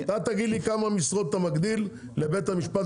תגיד לי כמה משרות אתה מגדיל לבית המשפט